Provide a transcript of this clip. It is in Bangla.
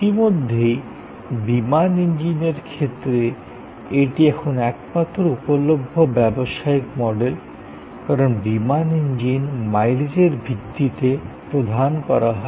ইতিমধ্যেই বিমান ইঞ্জিনের ক্ষেত্রে এটি এখন একমাত্র উপলভ্য ব্যবসায়িক মডেল কারণ বিমান ইঞ্জিন মাইলেজের ভিত্তিতে প্রদান করা হয়